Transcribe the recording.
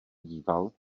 díval